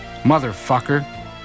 motherfucker